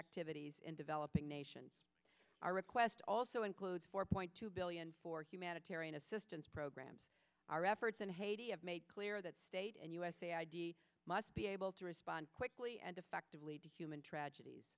activities in developing nations our request also includes four point two billion for humanitarian assistance programs our efforts in haiti have made clear that state and usa id must be able to respond quickly and effectively to human tragedies